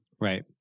Right